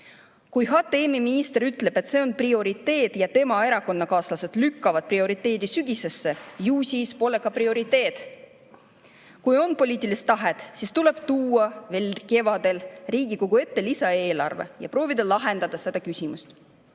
Kui HTM‑i minister ütleb, et see on prioriteet, aga tema erakonnakaaslased lükkavad prioriteedi sügisesse, ju siis pole ka prioriteet. Kui on poliitilist tahet, siis tuleb tuua veel kevadel Riigikogu ette lisaeelarve ja proovida seda küsimust